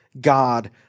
God